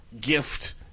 gift